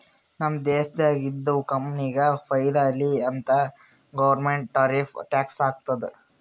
ನಮ್ ದೇಶ್ದಾಗ್ ಇದ್ದಿವ್ ಕಂಪನಿಗ ಫೈದಾ ಆಲಿ ಅಂತ್ ಗೌರ್ಮೆಂಟ್ ಟಾರಿಫ್ ಟ್ಯಾಕ್ಸ್ ಹಾಕ್ತುದ್